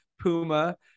Puma